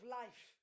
life